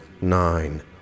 nine